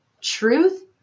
truth